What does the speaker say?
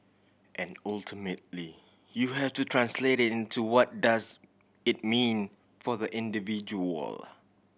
and ultimately you have to translate it into what does it mean for the individual